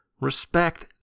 respect